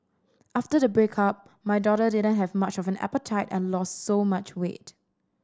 after the breakup my daughter didn't have much of an appetite and lost so much weight